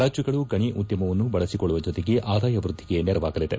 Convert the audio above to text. ರಾಜ್ಯಗಳು ಗಣಿ ಉದ್ದಮವನ್ನು ಬಳಸಿಕೊಳ್ಳುವ ಜೊತೆಗೆ ಆದಾಯ ವೃದ್ದಿಗೆ ನೆರವಾಗಲಿದೆ